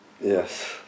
Yes